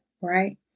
right